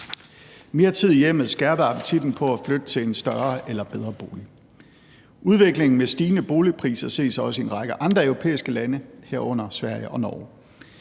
mere tid i hjemmet skærpet appetitten på at flytte til en større eller bedre bolig. Udviklingen med stigende boligpriser ses også i en række andre europæiske lande, herunder Sverige og Norge.